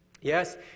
Yes